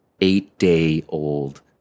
eight-day-old